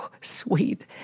sweet